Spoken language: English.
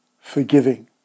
forgiving